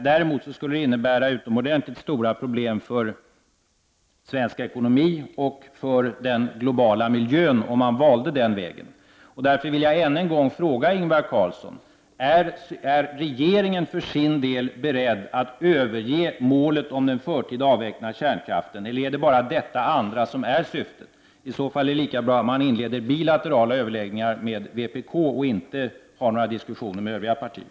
Däremot skulle detta innebära utomordentligt stora problem för svensk ekonomi och för den globala miljön. Därför vill jag än en gång fråga Ingvar Carlsson: Är regeringen för sin del beredd att överge målet om den förtida avvecklingen av kärnkraften eller är det detta andra som är syftet? Om det är det senare som gäller är det lika bra att regeringen inleder bilaterala överläggningar med vpk och inte har några diskussioner med övriga partier.